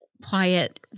quiet